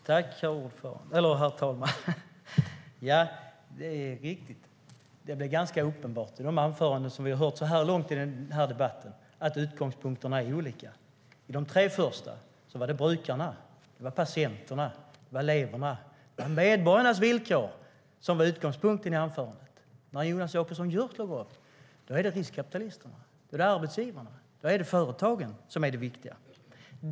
Herr talman! Ja, det är riktigt; det blir ganska uppenbart i de anföranden vi har hört så här långt i debatten att det är olika utgångspunkter. I de tre första anförandena var det brukarnas, patienternas och elevernas - medborgarnas - villkor som var utgångspunkten. När Jonas Jacobsson Gjörtler går upp är det riskkapitalisterna, arbetsgivarna och företagen som är det viktiga.